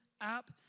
app